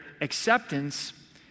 acceptance